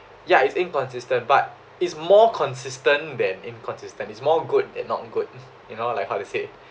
ya it's inconsistent but it's more consistent than inconsistent it's more good than not good you know like how to say